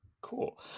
cool